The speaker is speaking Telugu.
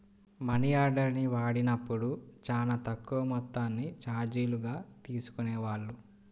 మనియార్డర్ని వాడినప్పుడు చానా తక్కువ మొత్తాన్ని చార్జీలుగా తీసుకునేవాళ్ళు